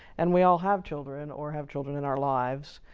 and we all have children or have children in our lives,